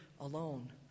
alone